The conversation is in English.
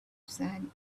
sand